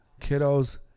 kiddos